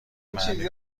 معنی